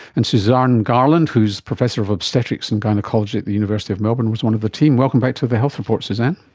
and suzanne garland, who is professor of obstetrics and gynaecology at the university of melbourne was one of the team. welcome back to the health report, suzanne.